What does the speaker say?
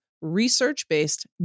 research-based